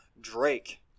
drake